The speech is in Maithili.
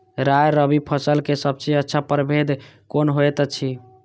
राय रबि फसल के सबसे अच्छा परभेद कोन होयत अछि?